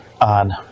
on